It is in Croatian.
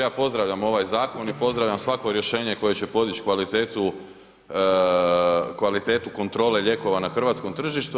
Ja pozdravljam ovaj zakon i pozdravljam svako rješenje koje će podići kvalitetu kontrole lijekova na hrvatskom tržištu.